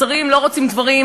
שרים לא רוצים דברים,